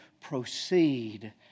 proceed